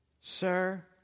sir